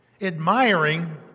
admiring